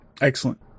Excellent